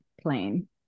plane